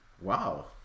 Wow